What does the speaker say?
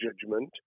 judgment